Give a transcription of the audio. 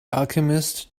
alchemist